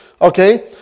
okay